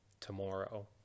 tomorrow